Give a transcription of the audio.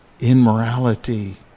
immorality